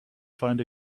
find